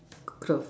cloth